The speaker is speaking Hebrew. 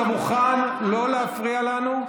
אתה מוכן לא להפריע לנו?